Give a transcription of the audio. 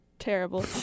Terrible